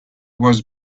was